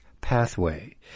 pathway